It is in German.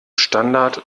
standard